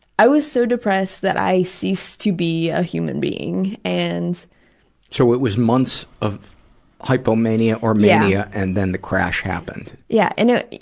was so depressed that i ceased to be a human being. and so it was months of hypomania or mania, and then the crash happened? yeah you know